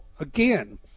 again